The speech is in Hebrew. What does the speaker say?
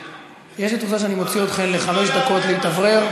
יש לי תחושה שאני מוציא אתכם לחמש דקות להתאוורר.